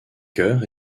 chœur